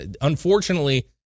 unfortunately